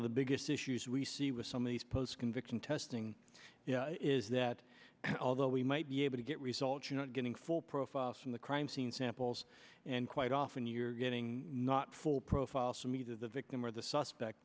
of the biggest issues that we see with some of these post conviction testing is that although we might be able to get results you know getting full profiles from the crime scene samples and quite often you're getting not full profiles for me to the victim or the suspect